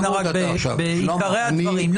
אנא, רק בעיקרי הדברים.